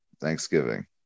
Thanksgiving